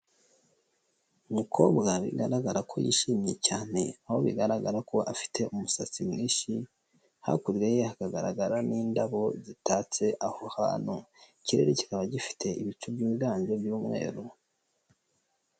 Umukobwa bigaragara ko yishimye cyane. Aho bigaragara ko afite umusatsi mwinshi, hakurya ye hakagaragara n'indabo zitatse aho hantu. Ikirere kikaba gifite ibicu byiganje by'umweru.